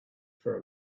for